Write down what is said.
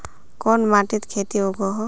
कोन माटित खेती उगोहो?